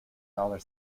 dollar